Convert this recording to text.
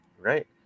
right